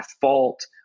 fault